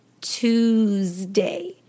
Tuesday